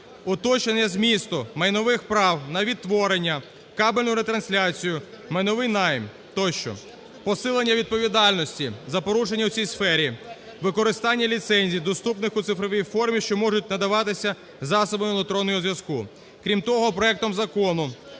уточнення змісту майнових прав на відтворення, кабельну ретрансляцію, майновий найм тощо; посилення відповідальності за порушення в цій сфері, використання ліцензій, доступних у цифровій формі, що можуть надаватися засобами електронного зв'язку. Крім того, проектом закону